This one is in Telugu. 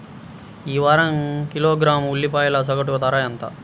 ఈ వారం కిలోగ్రాము ఉల్లిపాయల సగటు ధర ఎంత?